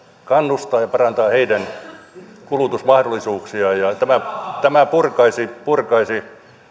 kannustaa ja parantaa heidän kulutusmahdollisuuksiaan ja tämä purkaisi purkaisi